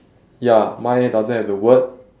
ya mine doesn't have the word